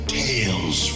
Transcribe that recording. tales